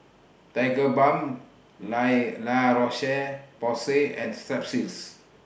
Tigerbalm La La Roche Porsay and Strepsils